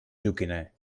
joquiner